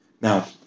now